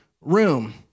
room